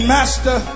Master